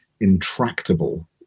intractable